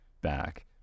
back